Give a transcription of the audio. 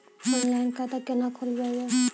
Online खाता केना खोलभैबै?